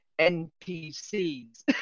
NPCs